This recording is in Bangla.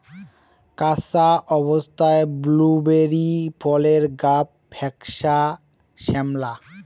কাঁচা অবস্থাত ব্লুবেরি ফলের গাব ফ্যাকসা শ্যামলা